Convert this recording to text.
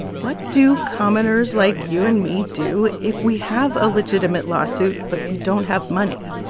what do commoners like you and me do if we have a legitimate lawsuit but we don't have money?